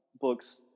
books